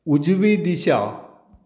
उजवी दिशा